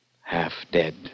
half-dead